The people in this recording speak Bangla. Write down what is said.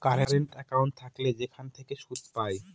কারেন্ট একাউন্ট থাকলে সেখান থেকে সুদ পায়